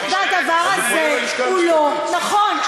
הדבר הזה לא נכון.